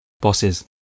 Bosses